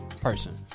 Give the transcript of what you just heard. Person